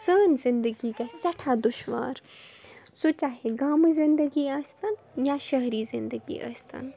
سٲنۍ زندگی گَژھِ سٮ۪ٹھاہ دُشوار سُہ چاہے گامہٕ زندگی ٲسۍتن یا شٔہری زندگی ٲسۍتن